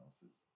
houses